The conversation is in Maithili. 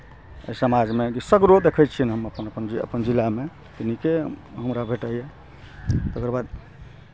अइ समाजमे सगरो देखै छियनि हम अपन अपन अपन जिलामे तऽ नीके हमरा भेटैए तकर बाद